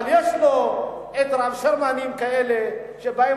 אבל יש לו רב שרמנים כאלה שאומרים,